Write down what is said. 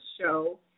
show